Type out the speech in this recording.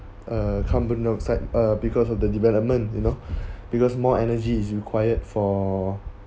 uh carbon dioxide uh because of the development you know because more energy is required for